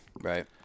Right